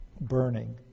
burning